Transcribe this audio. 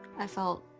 i felt.